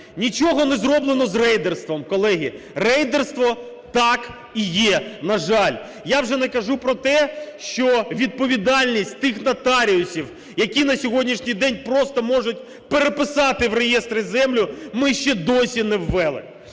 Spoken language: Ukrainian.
Нічого не зроблено з рейдерством. Колеги, рейдерство так і є, на жаль. Я вже не кажу про те, що відповідальність тих нотаріусів, які на сьогоднішній день просто можуть переписати в реєстрі землю, ми ще досі не ввели.